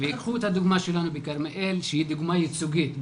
קחו את הדוגמא שלנו בכרמיאל, שהיא דוגמא ייצוגית.